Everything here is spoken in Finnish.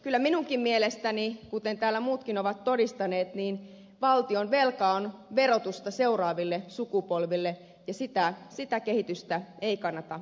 kyllä minunkin mielestäni kuten täällä muutkin ovat todistaneet valtionvelka on verotusta seuraaville sukupolville ja sitä kehitystä ei kannata jatkaa